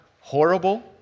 horrible